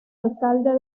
alcalde